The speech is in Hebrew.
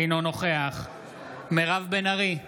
אינו נוכח מירב בן ארי,